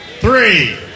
Three